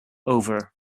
over